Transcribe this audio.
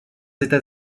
états